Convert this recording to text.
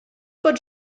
bod